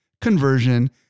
conversion